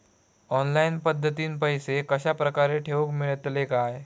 Online पद्धतीन पैसे कश्या प्रकारे ठेऊक मेळतले काय?